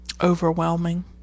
overwhelming